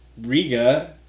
Riga